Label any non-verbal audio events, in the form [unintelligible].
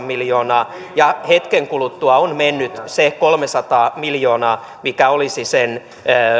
[unintelligible] miljoonaa ja hetken kuluttua on mennyt se kolmesataa miljoonaa mikä olisi sen